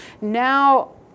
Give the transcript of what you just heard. now